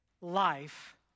life